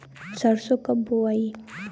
सरसो कब बोआई?